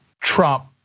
Trump